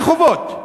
על החובות.